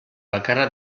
bakarra